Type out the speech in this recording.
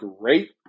great